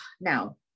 now